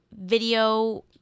video